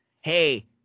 hey